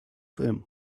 him